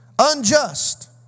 unjust